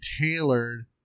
tailored